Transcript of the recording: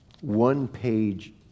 one-page